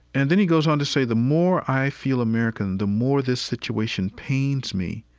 and then he goes on to say, the more i feel american, the more this situation pains me.